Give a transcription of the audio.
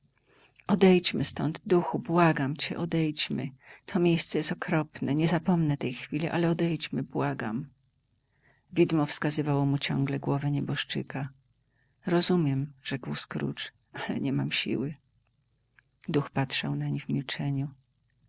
nieruchomy odejdźmy stąd duchu błagam cię odejdźmy to miejsce jest okropne nie zapomnę tej chwili ale odejdźmy błagam widmo wskazywało mu ciągle głowę nieboszczyka rozumiem rzekł scrooge ale nie mam siły duch patrzał nań w milczeniu